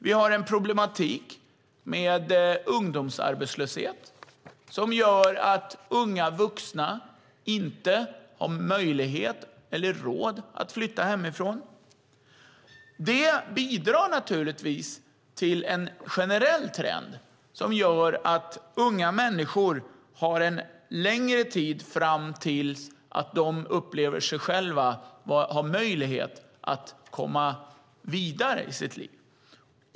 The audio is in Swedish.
Vi har en problematik med ungdomsarbetslöshet som gör att unga vuxna inte har möjlighet eller råd att flytta hemifrån. Det bidrar naturligtvis till en generell trend som gör att unga människor har en längre tid fram till dess att de själva upplever att de har möjlighet att komma vidare i sina liv.